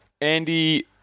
Andy